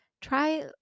try